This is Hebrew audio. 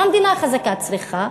מה מדינה חזקה צריכה?